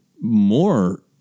more